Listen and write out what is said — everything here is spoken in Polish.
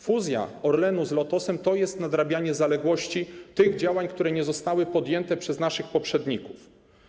Fuzja Orlenu z Lotosem to jest nadrabianie zaległości, tych działań, które nie zostały podjęte przez naszych poprzedników.